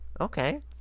Okay